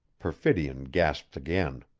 perfidion gasped again.